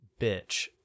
bitch